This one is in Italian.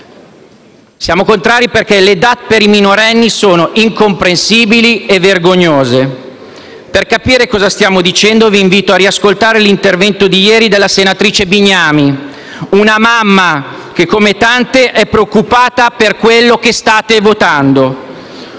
Siamo contrari perché le DAT per i minorenni sono incomprensibili e vergognose. Per capire cosa stiamo dicendo vi invito a riascoltare l'intervento di ieri della senatrice Bignami, una mamma che, come tante, è preoccupata per quello che state votando.